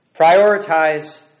Prioritize